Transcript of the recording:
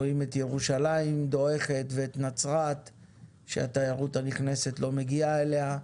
רואים את ירושלים דועכת ואת נצרת שהתיירות הנכנסת לא נגיעה אליה.